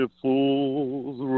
fools